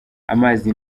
amazi